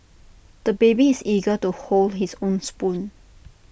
the baby is eager to hold his own spoon